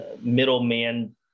middleman